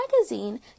magazine